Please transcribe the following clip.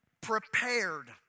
prepared